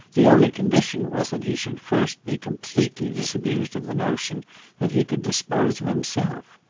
the only condition was that he should first be completely disabused of the notion that he could dispose of himself.